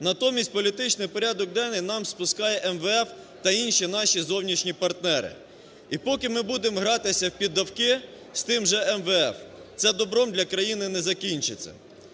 Натомість політичний порядок денний нам спускає МВФ та інші наші зовнішні партнери. І поки ми будемо гратися в піддавки з тим же МВФ, це добром для країни не закінчиться.